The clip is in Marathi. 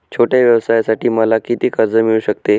छोट्या व्यवसायासाठी मला किती कर्ज मिळू शकते?